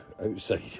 outside